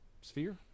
Sphere